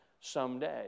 someday